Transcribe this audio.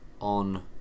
on